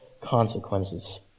consequences